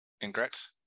incorrect